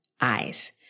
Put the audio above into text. eyes